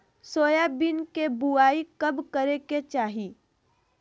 Soybean के बुआई कब करे के चाहि?